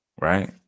Right